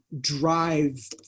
drive